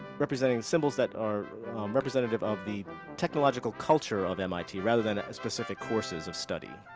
representing symbols that are representative of the technological culture of mit, rather than ah specific courses of study.